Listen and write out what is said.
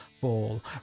ball